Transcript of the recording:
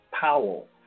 Powell